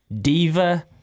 Diva